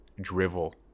drivel